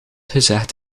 gezegd